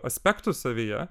aspektus savyje